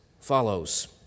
follows